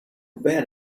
bad